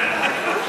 כן.